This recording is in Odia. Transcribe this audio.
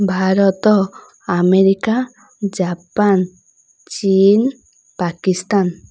ଭାରତ ଆମେରିକା ଜାପାନ୍ ଚୀନ୍ ପାକିସ୍ତାନ୍